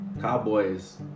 cowboys